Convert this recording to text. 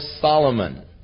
Solomon